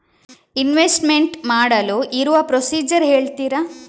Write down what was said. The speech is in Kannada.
ಇನ್ವೆಸ್ಟ್ಮೆಂಟ್ ಮಾಡಲು ಇರುವ ಪ್ರೊಸೀಜರ್ ಹೇಳ್ತೀರಾ?